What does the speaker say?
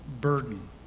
burden